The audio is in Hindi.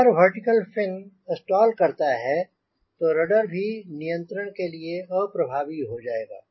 अगर वर्टिकल फिन स्टॉल करता है तो रडर भी नियंत्रण के लिए अप्रभावी हो जाएगा